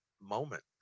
moment